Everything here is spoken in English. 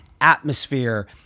atmosphere